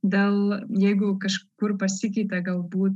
dėl jeigu kažkur pasikeitė galbūt